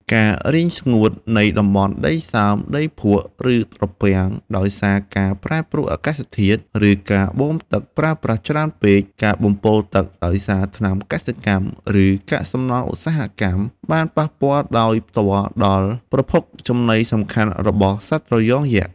ការរីងស្ងួតនៃតំបន់ដីសើម ដីភក់ ឬត្រពាំងដោយសារការប្រែប្រួលអាកាសធាតុ ឬការបូមទឹកប្រើប្រាស់ច្រើនពេក ការបំពុលទឹកដោយសារថ្នាំកសិកម្ម ឬកាកសំណល់ឧស្សាហកម្ម បានប៉ះពាល់ដោយផ្ទាល់ដល់ប្រភពចំណីសំខាន់របស់សត្វត្រយងយក្ស។